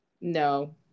no